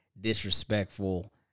disrespectful